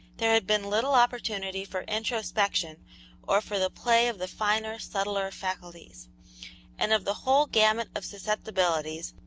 there had been little opportunity for introspection or for the play of the finer, subtler faculties and of the whole gamut of susceptibilities,